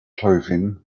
clothing